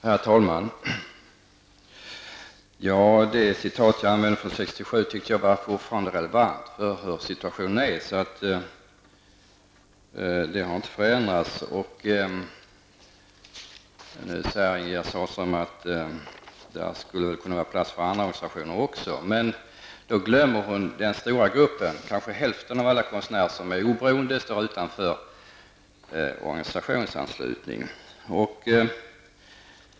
Herr talman! Det citat jag använde från 1967 tycker jag fortfarande är relevant för hur situationen är i dag -- den har inte förändrats. Ingegerd Sahlström tycker att det skall finnas plats för andra organisationer också. Då glömmer hon bort den stora gruppen, nästan hälften av alla konstnärer, som är oberoende och arbetar utanför organisationsanslutning.